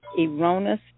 erroneous